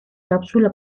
cápsula